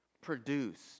produced